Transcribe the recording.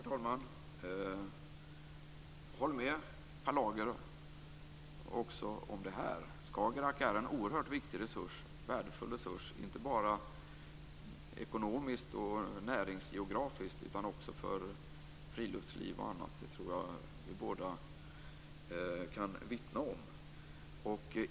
Herr talman! Jag håller med Per Lager också om detta. Skagerrak är en oerhört viktig och värdefull resurs, inte bara ekonomiskt och näringsgeografiskt utan också för friluftsliv och annat. Det tror jag att vi båda kan vittna om.